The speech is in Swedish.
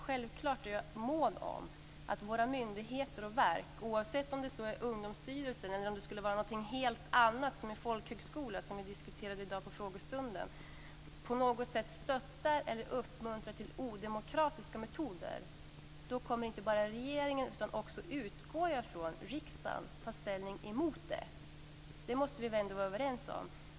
Självklart är jag mån om att våra myndigheter och verk, oavsett om det är Ungdomsstyrelsen eller någonting helt annat som en folkhögskola, som vi diskuterade i dag på frågestunden, på något sätt stöttar eller uppmuntrar till odemokratiska metoder då kommer inte bara regeringen utan också, utgår jag ifrån, riksdagen att ta ställning emot det. Det måste vi ändå vara överens om.